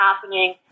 happening